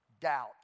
doubt